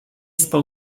spał